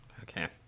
Okay